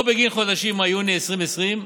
או בגין חודשים מאי-יוני 2020,